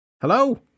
Hello